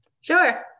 Sure